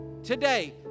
Today